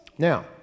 Now